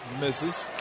misses